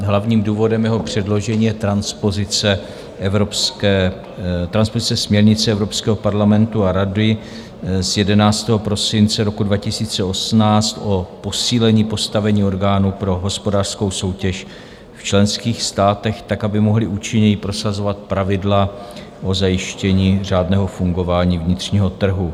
Hlavním důvodem jeho předložení je transpozice směrnice Evropského parlamentu a Rady z 11. prosince roku 2018, o posílení postavení orgánů pro hospodářskou soutěž v členských státech tak, aby mohly účinněji prosazovat pravidla o zajištění řádného fungování vnitřního trhu.